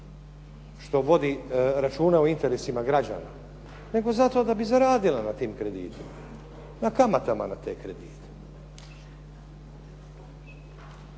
što vodi računa o interesima građana, nego zato da bi zaradila na tim kreditima, na kamatama na te kredite.